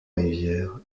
rivières